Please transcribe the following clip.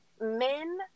men